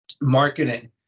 Marketing